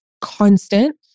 constant